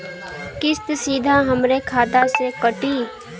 किस्त सीधा हमरे खाता से कटी?